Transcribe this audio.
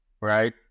Right